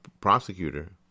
prosecutor